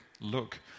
look